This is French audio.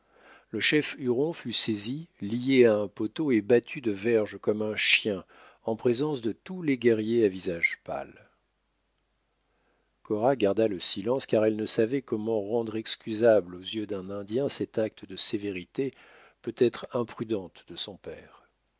le chef huron fut saisi lié à un poteau et battu de verges comme un chien en présence de tous les guerriers à visage pâle cora garda le silence car elle ne savait comment rendre excusable aux yeux d'un indien cet acte de sévérité peut-être imprudente de son père